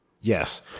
Yes